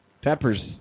Peppers